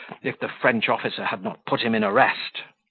if the french officer had not put him in arrest.